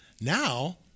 now